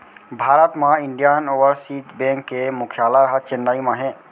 भारत म Indian Overseas Bank के मुख्यालय ह चेन्नई म हे